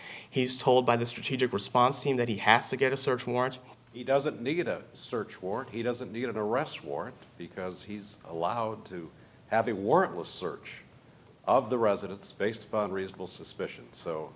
he's told by the strategic response team that he has to get a search warrant he doesn't need a search warrant he doesn't need an arrest warrant because he's allowed to have a warrantless search of the residence based on reasonable suspicion so